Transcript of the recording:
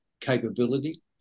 capability